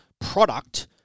product